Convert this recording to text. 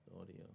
audio